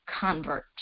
convert